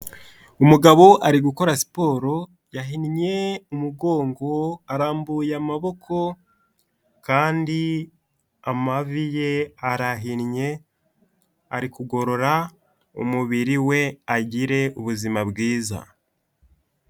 Umugabo ari gukora siporo yahinnye umugongo arambuye amaboko kandi amavi ye arahinnye ari kugorora umubiri we agire ubuzima bwiza.